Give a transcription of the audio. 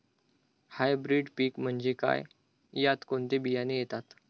Hybrid पीक म्हणजे काय? यात कोणते बियाणे येतात?